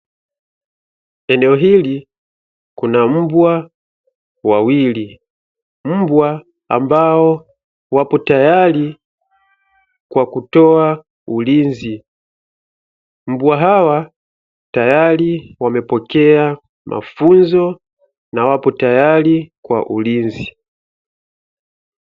Eneo hili kuna mbwa wawili, mbwa ambao wapo tayari kwa kutoa ulinzi. Mbwa hawa tayari wamepokea mafunzo, na wapo tayari kwa ulinzi.